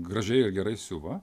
gražiai ir gerai siuva